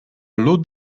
lód